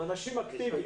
הם אנשים אקטיביים.